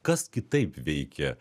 kas kitaip veikia